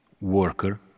worker